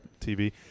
TV